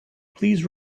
please